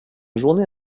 journée